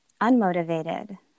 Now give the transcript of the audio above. unmotivated